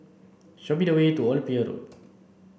show me the way to Old Pier Road